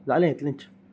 जालें इतलेंच